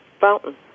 fountain